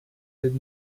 did